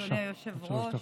אדוני היושב-ראש,